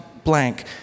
Blank